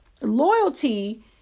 loyalty